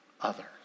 others